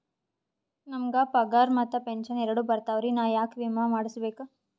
ನಮ್ ಗ ಪಗಾರ ಮತ್ತ ಪೆಂಶನ್ ಎರಡೂ ಬರ್ತಾವರಿ, ನಾ ಯಾಕ ವಿಮಾ ಮಾಡಸ್ಬೇಕ?